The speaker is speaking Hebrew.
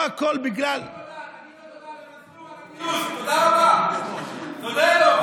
תגיד תודה למנסור על הגיוס, תודה רבה.